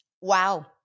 Wow